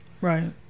Right